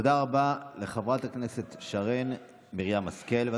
תודה רבה לחברת הכנסת שרן מרים השכל.